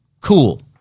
cool